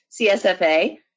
CSFA